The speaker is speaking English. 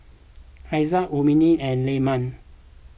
Haziq Ummi and Leman